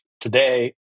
today